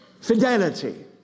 Fidelity